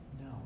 No